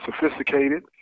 sophisticated